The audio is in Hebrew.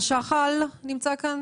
שלום, אני אמא של עמית.